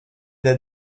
the